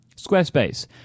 Squarespace